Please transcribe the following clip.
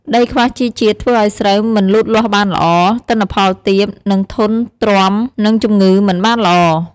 ដីខ្វះជីជាតិធ្វើឱ្យស្រូវមិនលូតលាស់បានល្អ ទិន្នផលទាប និងធន់ទ្រាំនឹងជំងឺមិនបានល្អ។